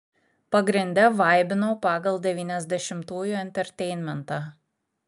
pagrinde vaibinau pagal devyniasdešimtųjų enterteinmentą